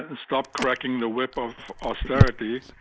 ah stop cracking the whip of austerity,